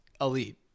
elite